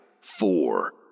four